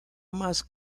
más